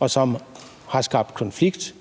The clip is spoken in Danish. og som har skabt konflikt.